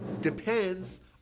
depends